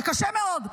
זה קשה מאוד.